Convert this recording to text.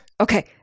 Okay